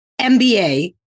MBA